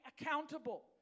accountable